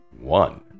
one